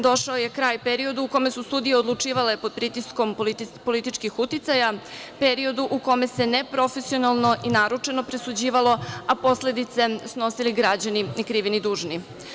Došao je kraj periodu u kome su sudije odlučivale pod pritiskom političkih uticaja, periodu u kome se neprofesionalno i naručeno presuđivalo, a posledice snosili građani ni krivi ni dužni.